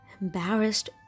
Embarrassed